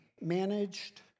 managed